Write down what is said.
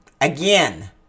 Again